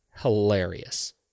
hilarious